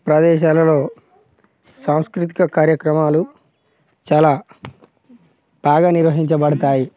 ప్రదేశాలలో సాంస్కృతిక కార్యక్రమాలు చాలా బాగా నిర్వహించబడతాయి